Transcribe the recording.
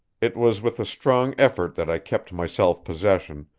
it was with a strong effort that i kept my self-possession,